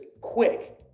quick